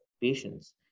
patience